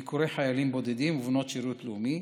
ביקורי חיילים בודדים ובנות שירות לאומי.